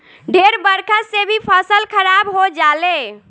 ढेर बरखा से भी फसल खराब हो जाले